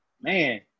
man